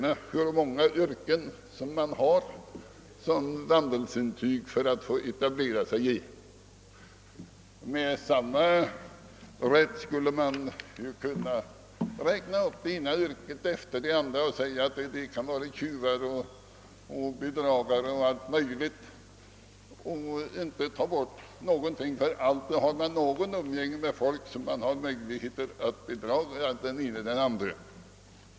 I hur många yrken krävs vandelsintyg för att få etablera sig i branschen? Man skulle med samma rätt som när det gäller låssmedsyrket kunna räkna upp det ena yrket efter det andra och säga, att det är risk för att tjuvar och bedragare söker sig till yrket; i nästan vilket yrke som helst finns det väl möjligheter för dess utövare att bedra människor.